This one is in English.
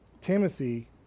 Timothy